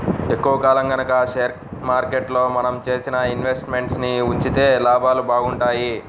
ఎక్కువ కాలం గనక షేర్ మార్కెట్లో మనం చేసిన ఇన్వెస్ట్ మెంట్స్ ని ఉంచితే లాభాలు బాగుంటాయి